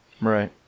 Right